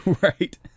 Right